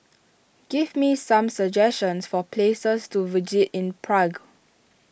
give me some suggestions for places to in Prague